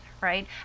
right